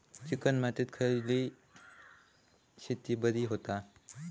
Chicken मातीत खयली शेती बरी होता?